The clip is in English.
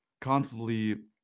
constantly